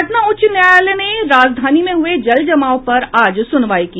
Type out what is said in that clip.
पटना उच्च न्यायालय ने राजधानी में हुए जलजमाव पर आज सुनवाई की